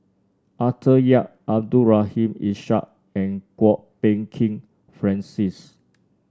Arthur Yap Abdul Rahim Ishak and Kwok Peng Kin Francis